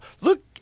look